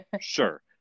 Sure